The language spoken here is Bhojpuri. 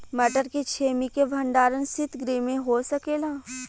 मटर के छेमी के भंडारन सितगृह में हो सकेला?